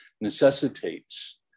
necessitates